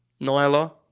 Nyla